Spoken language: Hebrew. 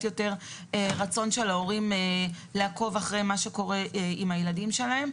יותר רצון של ההורים לעקוב אחרי מה שקורה עם הילדים שלהם,